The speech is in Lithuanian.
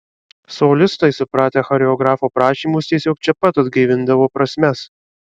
solistai supratę choreografo prašymus tiesiog čia pat atgaivindavo prasmes